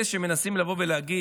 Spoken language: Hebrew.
של אלה שמנסים לבוא ולהגיד: